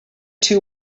two